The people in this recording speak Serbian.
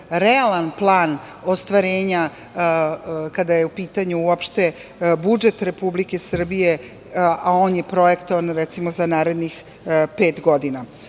realan plan ostvarenja kada je u pitanju uopšte budžet Republike Srbije, a on je projektovan recimo za narednih pet godina. Ono